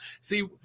See